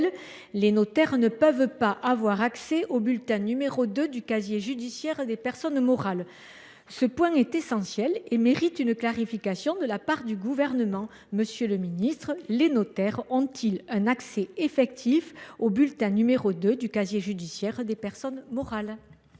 les notaires ne peuvent avoir accès au bulletin n° 2 du casier judiciaire des personnes morales. Ce point est essentiel et mérite une clarification de la part du Gouvernement. Monsieur le ministre, les notaires ont ils un accès effectif au bulletin n° 2 du casier judiciaire des personnes morales ?